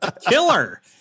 killer